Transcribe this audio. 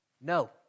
No